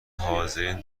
حاضرین